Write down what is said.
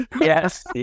Yes